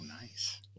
nice